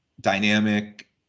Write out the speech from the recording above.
dynamic